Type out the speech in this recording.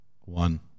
One